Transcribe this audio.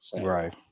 Right